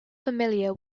familiar